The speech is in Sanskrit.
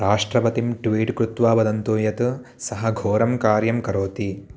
राष्ट्रपतिं ट्वीट् कृत्वा वदन्तु यत् सः घोरं कार्यं करोति